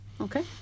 Okay